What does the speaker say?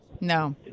No